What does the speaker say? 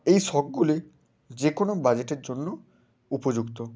এই শখগুলি যে কোনো বাজেটের জন্য উপযুক্ত